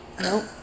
nope